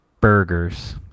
Burgers